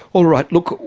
alright, look,